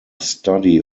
study